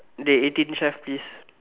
dey eighteen chef please